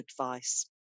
advice